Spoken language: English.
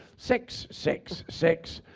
sex, sex, sex.